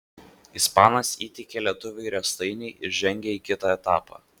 ispanas įteikė lietuviui riestainį ir žengė į kitą etapą